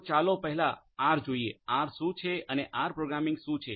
તો ચાલો પહેલા આર જોઈએ આર શું છે અને આર પ્રોગ્રામિંગ શું છે